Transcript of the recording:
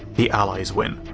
the allies win.